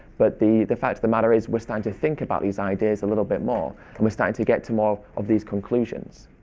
but of the fact the matter is we're starting to think about these ideas a little bit more and we're starting to get to more of these conclusions.